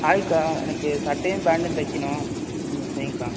ஹாய்க்கா எனக்கு சட்டையும் பேண்ட்டும் தைக்கணும் கொஞ்சம் செய்யுங்கக்கா